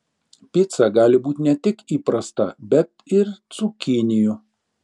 pica gali būti ne tik įprasta bet ir cukinijų